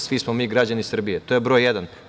Svi mi građani Srbije, to je broj jedan.